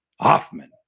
Hoffman